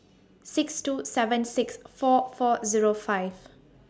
six two seven six four four Zero five